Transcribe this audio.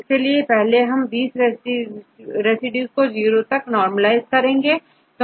इसके लिए पहले सभी20 रेसिड्यू को जीरो तक नॉर्मलईस करते हैं